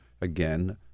again